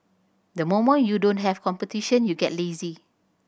the moment you don't have competition you get lazy